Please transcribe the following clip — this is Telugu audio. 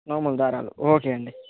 నోముల దారాలు ఓకే అండి